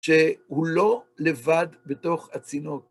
שהוא לא לבד בתוך הצינוק